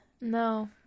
No